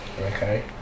Okay